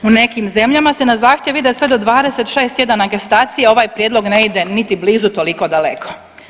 U nekim zemljama se na zahtjev ide sve do 26 tjedana gestacije, a ovaj prijedlog ne ide niti blizu toliko daleko.